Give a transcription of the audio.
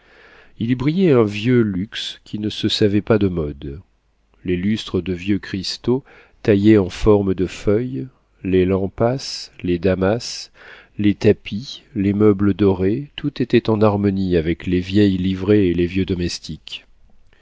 il y brillait un vieux luxe qui ne se savait pas de mode les lustres de vieux cristaux taillés en forme de feuilles les lampasses les damas les tapis les meubles dorés tout était en harmonie avec les vieilles livrées et les vieux domestiques